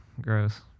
Gross